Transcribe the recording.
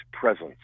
presence